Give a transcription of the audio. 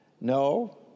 no